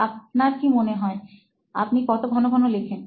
আপনার কি মনে হয় আপনি কত ঘন ঘন লেখেন